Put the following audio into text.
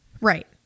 Right